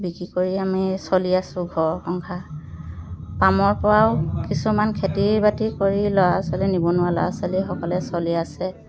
বিক্ৰী কৰি আমি চলি আছোঁ ঘৰ সংসাৰ পামৰ পৰাও কিছুমান খেতি বাতি কৰি ল'ৰা ছোৱালী নিবনুৱা ল'ৰা ছোৱালীসকলে চলি আছে